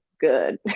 good